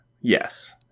Yes